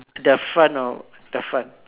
the front of the front